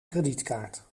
kredietkaart